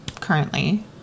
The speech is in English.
currently